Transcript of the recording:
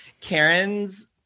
Karen's